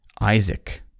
Isaac